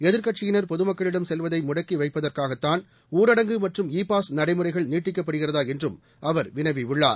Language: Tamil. எதிர்க்கட்சியினர் பொதுமக்களிடம் செல்வதை முடக்கி வைப்பதற்காகத்தான் ஊரடங்கு மற்றும் இ பாஸ் நடைமுறைகள் நீட்டிக்கப்படுகிறதா என்றும் அவர் வினவியுள்ளார்